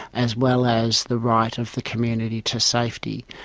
as well as the right of the community to safety.